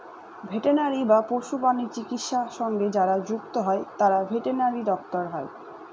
veterinary বা পশুপ্রাণী চিকিৎসা সঙ্গে যারা যুক্ত হয় তারা ভেটেনারি ডাক্তার হয়